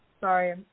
Sorry